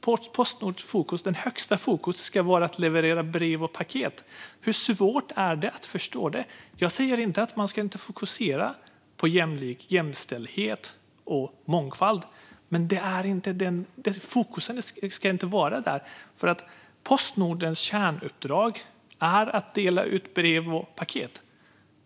Postnords främsta fokus ska vara att leverera brev och paket. Hur svårt är det att förstå detta? Jag säger inte att man inte ska fokusera på jämställdhet och mångfald. Men det är inte där som fokus ska vara. Postnords kärnuppdrag är nämligen att dela ut brev och paket.